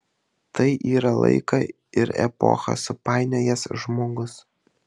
tai yra laiką ir epochą supainiojęs žmogus